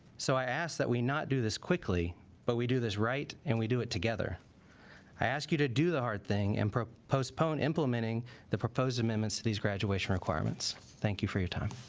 so i ask that we not do this quickly but we do this right and we do it together i ask you to do the hard thing and postpone implementing the proposed amendments to these graduation requirements thank you for your time